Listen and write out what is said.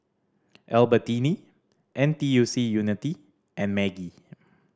Albertini N T U C Unity and Maggi